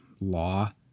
law